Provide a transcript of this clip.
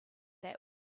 that